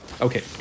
Okay